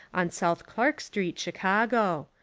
on south clark st, chicago.